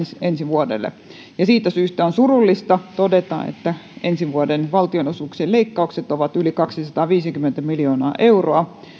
ensi vuodelle päätetään siitä syystä on surullista todeta että ensi vuoden valtionosuuksien leikkaukset ovat yli kaksisataaviisikymmentä miljoonaa euroa